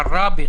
עראבה,